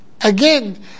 Again